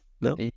no